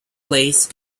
place